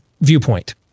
viewpoint